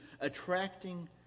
attracting